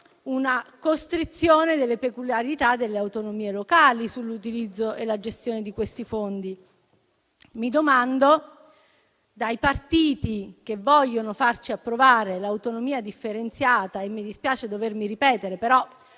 una costrizione delle peculiarità delle autonomie locali sull'utilizzo e la gestione di questi fondi. I partiti che vogliono farci approvare l'autonomia differenziata - mi dispiace dovermi ripetere,